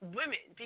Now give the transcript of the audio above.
women